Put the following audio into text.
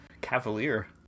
cavalier